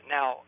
Now